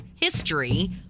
history